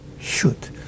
shoot